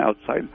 outside